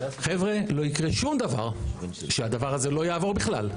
חבר'ה, לא יקרה שום דבר שהדבר הזה לא יעבור בכלל.